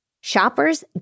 Shoppers